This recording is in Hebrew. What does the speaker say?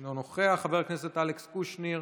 אינו נוכח, חבר הכנסת אלכס קושניר,